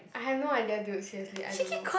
I have no idea dude seriously I don't know